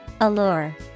Allure